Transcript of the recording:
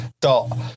dot